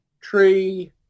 tree